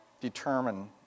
determine